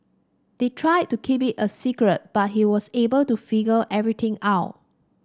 they tried to keep it a secret but he was able to figure everything out